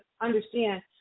understand